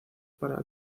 para